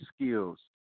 skills